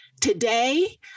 Today